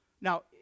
Now